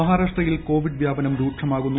മഹാരാഷ്ട്രയിൽ കോവിഡ് വൃാപനം രൂക്ഷമാകുന്നു